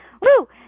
Woo